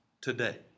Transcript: Today